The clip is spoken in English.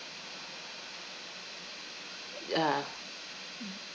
ah